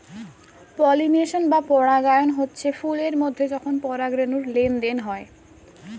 pollination বা পরাগায়ন হচ্ছে ফুল এর মধ্যে যখন পরাগ রেণুর লেনদেন হয়